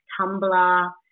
Tumblr